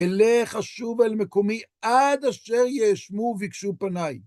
אלה חשוב אל מקומי עד אשר יאשמו ויקשו פניי.